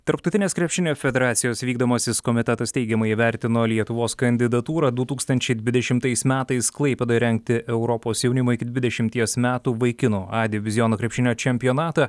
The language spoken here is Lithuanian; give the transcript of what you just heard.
tarptautinės krepšinio federacijos vykdomasis komitetas teigiamai įvertino lietuvos kandidatūrą du tūkstančiai dvidešimtais metais klaipėdoje rengti europos jaunimo iki dvidešimties metų vaikinų a diviziono krepšinio čempionatą